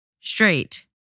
Straight